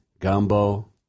gumbo